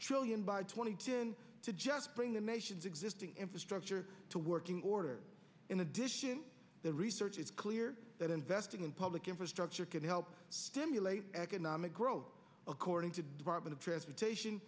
trillion by twenty june to just bring the nation's existing infrastructure to working order in addition the research is clear that investing in public infrastructure can help stimulate economic growth according to department of transportation